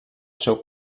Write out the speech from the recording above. seu